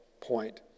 point